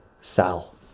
Sal